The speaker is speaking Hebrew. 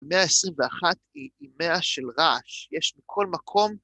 ‫מאה ה-21 היא מאה של רעש. ‫יש בכל מקום...